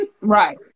Right